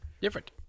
Different